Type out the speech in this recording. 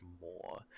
more